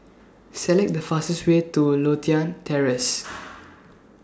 Select The fastest Way to Lothian Terrace